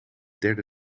derde